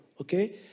okay